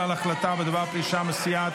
(ערעור על החלטה בדבר פרישה מסיעה),